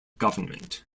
government